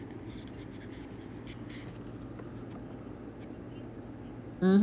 mm